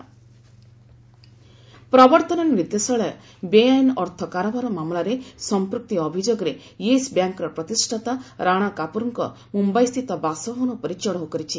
Yes Bank ED ପ୍ରବର୍ତ୍ତନ ନିର୍ଦ୍ଦେଶାଳୟ ବେଆଇନ ଅର୍ଥ କାରବାର ମାମଲାରେ ସଂପୃକ୍ତି ଅଭିଯୋଗରେ ୟେସ୍ ବ୍ୟାଙ୍କର ପ୍ରତିଷ୍ଠାତା ରାଣା କାପୁରଙ୍କ ମୁମ୍ବାଇସ୍ଥିତ ବାସଭବନ ଉପରେ ଚଢ଼ଉ କରିଛି